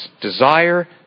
Desire